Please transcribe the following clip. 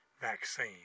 vaccine